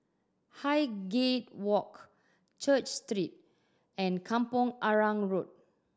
Highgate Walk Church Street and Kampong Arang Road